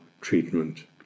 treatment